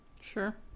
Sure